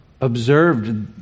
Observed